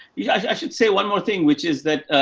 yeah. i should say one more thing, which is that,